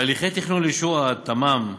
בהליכי תכנון לאישור התמ"מ,